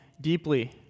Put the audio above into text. deeply